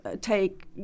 take